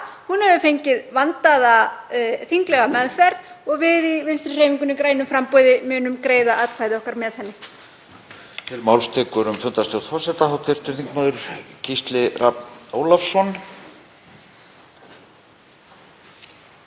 Hún hefur fengið vandaða þinglega meðferð og við í Vinstrihreyfingunni – grænu framboði munum greiða atkvæði okkar með henni.